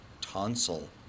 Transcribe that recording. tonsil